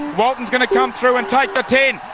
walton's going to come through and take the ten.